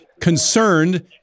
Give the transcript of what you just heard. concerned